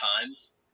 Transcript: times